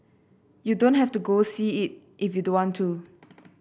you don't have to go see it if you don't want to